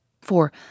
for